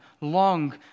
long